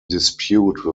dispute